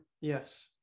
Yes